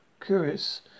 curious